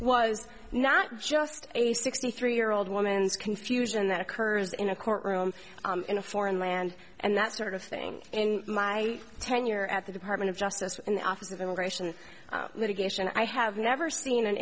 was not just a sixty three year old woman's confusion that occurs in a courtroom in a foreign land and that sort of thing in my tenure at the department of justice and the office of immigration litigation i have never seen an